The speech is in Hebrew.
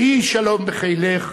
יהי שלום בחילך,